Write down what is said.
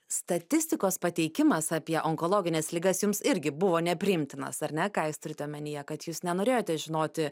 statistikos pateikimas apie onkologines ligas jums irgi buvo nepriimtinas ar ne ką jūs turite omenyje kad jūs nenorėjote žinoti